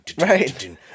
Right